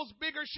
bigger